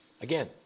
Again